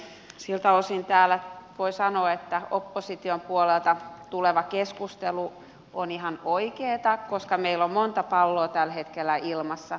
siltä osin täällä voi sanoa että opposition puolelta tuleva keskustelu on ihan oikeata koska meillä on monta palloa tällä hetkellä ilmassa